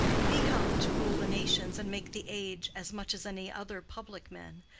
we help to rule the nations and make the age as much as any other public men.